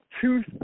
two